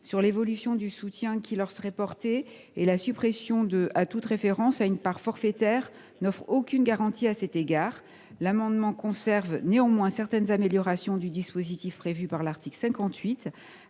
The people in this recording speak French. sur l’évolution du soutien qui leur serait apporté. De plus, la suppression de toute référence à une part forfaitaire n’offre aucune garantie à cet égard. L’amendement vise néanmoins à conserver certaines améliorations du dispositif prévues par l’article 58,